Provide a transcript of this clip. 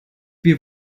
wir